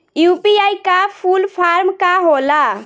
UPI का full form का होला?